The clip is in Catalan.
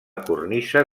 cornisa